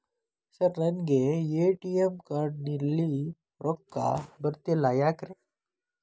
Sir ನನಗೆ ATM card ನಲ್ಲಿ ರೊಕ್ಕ ಬರತಿಲ್ಲ ಯಾಕ್ರೇ?